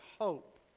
hope